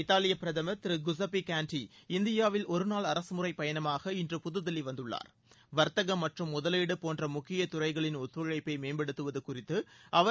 இத்தாலிய பிரதமர் திரு குஸப்பி கான்ட்டி இந்தியாவில் ஒருநாள் அரசுமுறை பயணமாக இன்று புதுதில்லி வந்துள்ளார் வர்த்தகம் மற்றும் முதலீடு போன்ற முக்கிய துறைகளின் ஒத்துழைப்பை மேம்படுத்துவது குறித்து அவர்